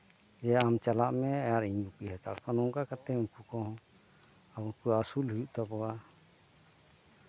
ᱡᱮ ᱟᱢ ᱪᱟᱞᱟᱜ ᱢᱮ ᱟᱨ ᱤᱧ ᱜᱩᱯᱤ ᱦᱟᱛᱟᱲ ᱠᱚᱣᱟ ᱱᱚᱝᱠᱟ ᱠᱟᱛᱮᱫ ᱩᱱᱠᱩ ᱠᱚᱦᱚᱸ ᱟᱵᱚ ᱠᱚ ᱟᱹᱥᱩᱞ ᱦᱩᱭᱩᱜ ᱛᱟᱵᱚᱱᱟ